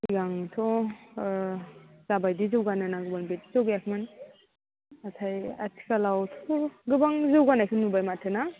सिगांथ' जा बादि जौगानो नांगौमोन बिदि जौगायाखैमोन नाथाय आथिखालावथ' गोबां जौगानायखौ नुबाय माथो ना